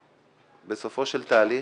בסופו של תהליך,